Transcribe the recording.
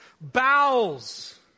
bowels